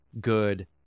Good